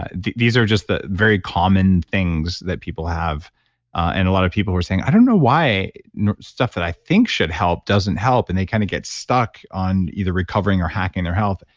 ah these are just the very common things that people have and a lot of people were saying, i don't know why stuff that i think should help doesn't help, and they kind of get stuck on either recovering or hacking their health.